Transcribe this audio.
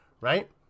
right